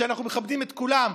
אנחנו מכבדים את כולם,